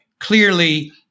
Clearly